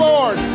Lord